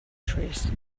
trees